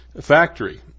factory